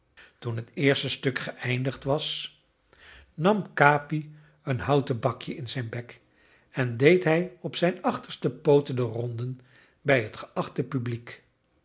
toen het eerste stuk geëindigd was nam capi een houten bakje in zijn bek en deed hij op zijn achterste pooten de ronde bij het geachte publiek